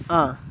ആ